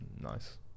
Nice